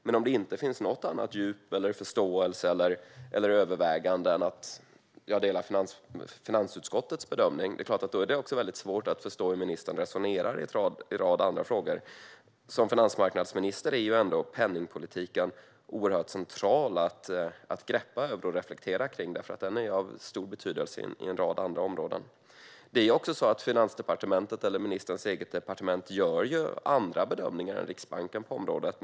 Men om djupet i förståelsen och övervägandena inte uttrycks på annat sätt än att ministern delar finansutskottets bedömning är det klart att det också är väldigt svårt att förstå hur ministern resonerar i en rad andra frågor. För en finansmarknadsminister är ändå penningpolitiken oerhört central att greppa och reflektera kring, då den är av stor betydelse på en rad andra områden. Det är också så att Finansdepartementet, ministerns eget departement, gör andra bedömningar än Riksbanken på området.